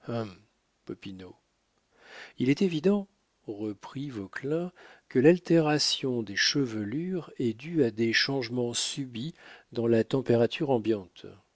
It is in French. il est évident reprit vauquelin que l'altération des chevelures est due à des changements subits dans la température ambiante